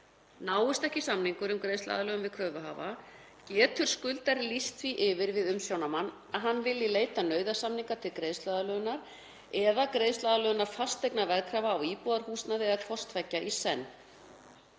Náist ekki samningur um greiðsluaðlögun við kröfuhafa getur skuldari lýst því yfir við umsjónarmann að hann vilji leita nauðasamninga til greiðsluaðlögunar eða greiðsluaðlögunar fasteignaveðkrafna á íbúðarhúsnæði eða hvors tveggja í senn.